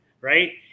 right